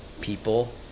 people